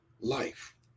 life